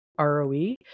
ROE